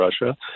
Russia